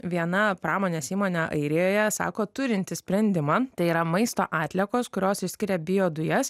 viena pramonės įmonė airijoje sako turinti sprendimą tai yra maisto atliekos kurios išskiria biodujas